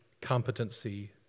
competency